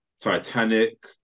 Titanic